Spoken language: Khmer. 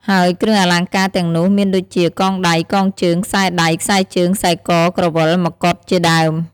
ហើយគ្រឿងអលង្ការទាំងនោះមានដូចជា កងដៃ កងជើង ខ្សែដៃ ខ្សែជើង ខ្សែក ក្រវិល មកុដ ជាដើម។